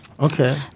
Okay